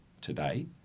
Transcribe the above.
today